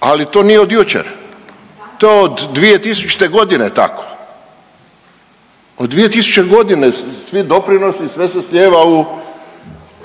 ali to nije od jučer. To je od 2000 godine tako, od 2000. godine svi doprinosi sve se slijeva